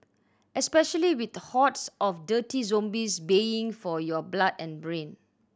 especially with hordes of dirty zombies baying for your blood and brain